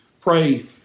Pray